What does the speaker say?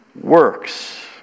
works